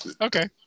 Okay